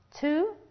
Two